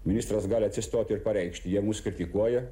ministras gali atsistoti ir pareikšti jie mus kritikuoja